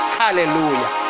hallelujah